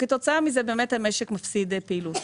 כתוצאה מכך, המשק מפסיד פעילות.